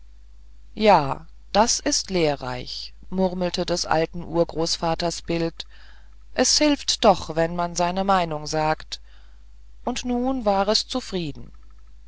ja das ist lehrreich murmelte des urgroßvaters bild es hilft doch wenn man seine meinung sagt und nun war es zufrieden